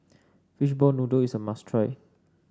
Fishball Noodle is a must try